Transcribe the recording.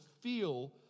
feel